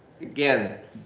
again